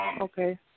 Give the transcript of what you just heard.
Okay